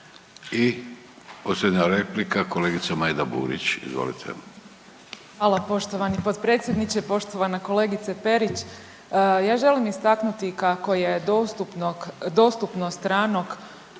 I posljednja replika kolegica Majda Burić. Izvolite. **Burić, Majda (HDZ)** Hvala poštovani potpredsjedniče. Poštovana kolegice Perić, ja želim istaknuti kako je dostupnog,